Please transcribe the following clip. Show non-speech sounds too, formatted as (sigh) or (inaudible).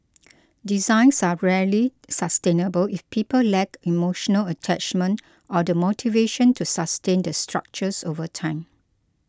(noise) designs are rarely sustainable if people lack emotional attachment or the motivation to sustain the structures over time